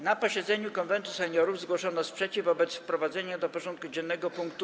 Na posiedzeniu Konwentu Seniorów zgłoszono sprzeciw wobec wprowadzenia do porządku dziennego punktu: